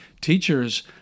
Teachers